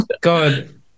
God